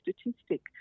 statistic